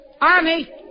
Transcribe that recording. Army